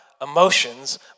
emotions